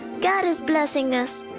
god is blessing us.